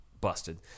busted